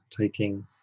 taking